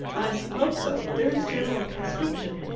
i suppose so. there is general conscription.